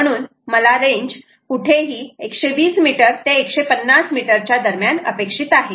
म्हणून मला रेंज कुठेही 120m ते 150m च्या दरम्यान अपेक्षित आहे